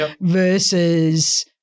versus